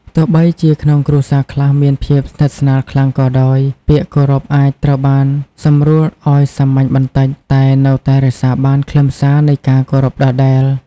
ទោះបីជាក្នុងគ្រួសារខ្លះមានភាពស្និទ្ធស្នាលខ្លាំងក៏ដោយ ពាក្យគោរពអាចត្រូវបានសម្រួលឱ្យសាមញ្ញបន្តិច តែនៅតែរក្សាបានខ្លឹមសារនៃការគោរពដដែល។